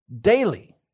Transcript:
Daily